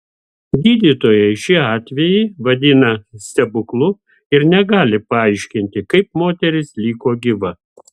gydytojai šį atvejį vadina stebuklu ir negali paaiškinti kaip moteris liko gyva